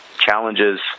challenges